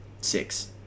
six